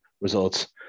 results